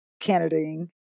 Canadaing